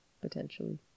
potentially